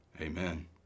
amen